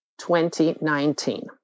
2019